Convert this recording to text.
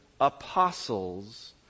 apostles